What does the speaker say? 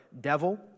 devil